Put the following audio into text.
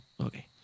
okay